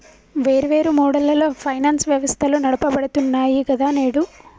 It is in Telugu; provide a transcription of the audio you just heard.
వేర్వేరు మోడళ్లలో ఫైనాన్స్ వ్యవస్థలు నడపబడుతున్నాయి గదా నేడు